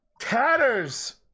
tatters